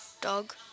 Dog